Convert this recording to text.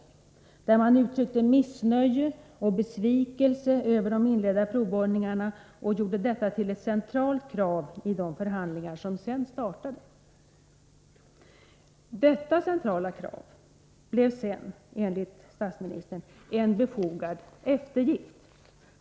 I denna not uttryckte man missnöje och besvikelse över de inledda provborrningarna och gjorde detta till ett centralt krav i de förhandlingar som sedan startade. Detta centrala krav blev därefter — enligt statsministern — en befogad eftergift.